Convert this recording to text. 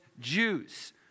Jews